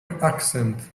accent